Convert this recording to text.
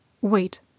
Wait